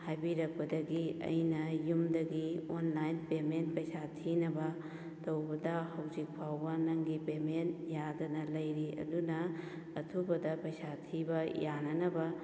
ꯍꯥꯏꯕꯤꯔꯛꯄꯗꯒꯤ ꯑꯩꯅ ꯌꯨꯝꯗꯒꯤ online payment ꯄꯩꯁꯥ ꯊꯤꯅꯕ ꯇꯧꯕꯗ ꯍꯧꯖꯤꯛ ꯐꯥꯎꯕ ꯅꯪꯒꯤ ꯄꯦꯃꯦꯟ ꯌꯥꯗꯅ ꯂꯩꯔꯤ ꯑꯗꯨꯅ ꯑꯊꯨꯕꯗ ꯄꯩꯁꯥ ꯊꯤꯕ ꯌꯥꯅꯅꯕ